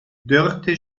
dörte